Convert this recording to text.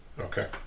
Okay